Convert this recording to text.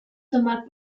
tomar